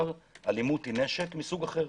אלימות היא נשק מסוג אחר.